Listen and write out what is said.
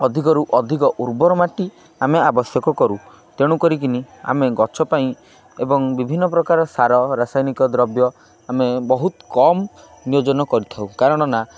ଅଧିକରୁ ଅଧିକ ଉର୍ବର ମାଟି ଆମେ ଆବଶ୍ୟକ କରୁ ତେଣୁ କରିକିନି ଆମେ ଗଛ ପାଇଁ ଏବଂ ବିଭିନ୍ନ ପ୍ରକାର ସାର ରାସାୟନିକ ଦ୍ରବ୍ୟ ଆମେ ବହୁତ କମ୍ ନିୟୋଜନ କରିଥାଉ କାରଣ ନା